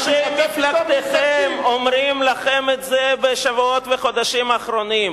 אנשי מפלגתכם אומרים לכם את זה בשבועות ובחודשים האחרונים: